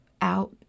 out